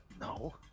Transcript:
No